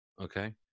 okay